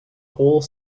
whole